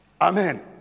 Amen